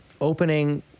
opening